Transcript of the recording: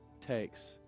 takes